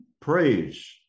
Praise